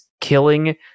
killing